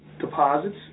deposits